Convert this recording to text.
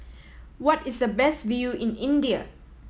what is the best view in India